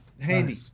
handy